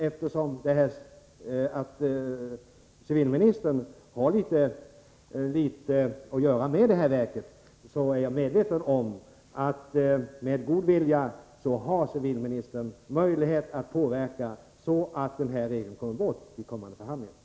Eftersom civilministern har litet grand att göra med detta menar jag att civilministern med god vilja har möjlighet att påverka frågan på ett sådant sätt att den här regeln tas bort i kommande förhandlingar.